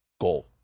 goal